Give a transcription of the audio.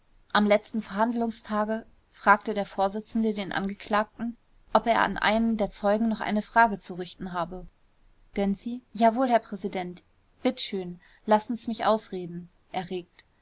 am letzten verhandlungstage fragte der vorsitzende den angeklagten ob er an einen der zeugen noch eine frage zu richten habe gönczi jawohl herr präsident bitt schön lassen's mich ausreden